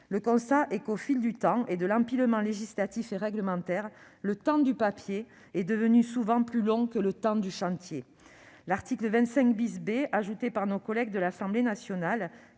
Le constat est que, au fil du temps et de l'empilement législatif et réglementaire, le temps du papier est devenu souvent plus long que le temps du chantier. L'article 25 B ajouté par nos collègues de l'Assemblée nationale,